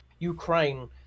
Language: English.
Ukraine